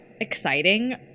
exciting